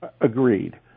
agreed